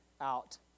out